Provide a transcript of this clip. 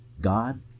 God